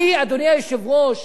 אדוני היושב-ראש,